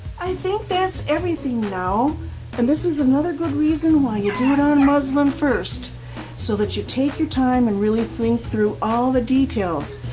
i think that's everything now and this is another good reason why you do it on muslin first so that you take your time and really think through all the details.